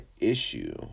issue